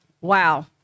Wow